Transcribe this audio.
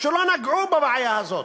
שלא נגעו בבעיה הזאת.